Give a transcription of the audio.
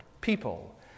people